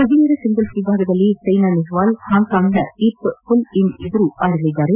ಮಹಿಳೆಯರ ಸಿಂಗಲ್ಪ್ ವಿಭಾಗದಲ್ಲಿ ಸೈನಾ ನೆಹ್ವಾಲ್ ಹಾಂಕಾಂಗ್ನ ಯಿಪ್ ಪುಲ್ ಇನ್ ಎದುರು ಆಡಲಿದ್ದಾರೆ